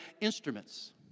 Instruments